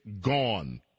gone